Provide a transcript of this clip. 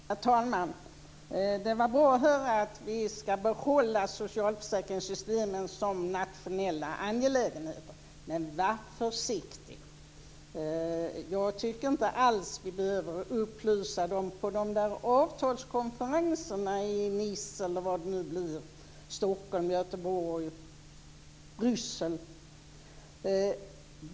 Herr talman! Det var bra att höra att vi ska behålla socialförsäkringssystemen som nationella angelägenheter. Men var försiktig. Jag tycker inte alls att vi behöver upplysa om dem på avtalskonferenserna i Nice, Stockholm, Göteborg, Bryssel, eller var de nu blir.